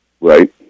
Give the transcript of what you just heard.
Right